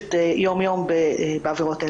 שמוגשת יום-יום בעבירות האלו.